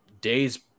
days